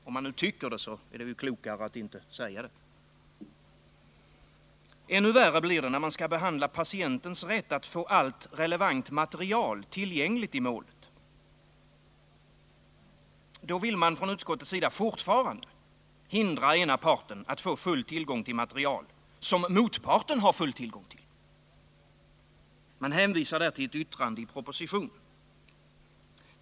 Om man nu tycker det, så är det ju klokare att inte säga det. Ännu värre blir det när man skall behandla patientens rätt att få allt Nr 56 relevant material tillgängligt i målet. Då vill utskottet fortfarande hindra ena Tisdagen den parten att få full tillgång till material som motparten har full tillgång till. Man — 18 december 1979 hänvisar till ett yttrande i propositionen.